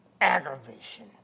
aggravation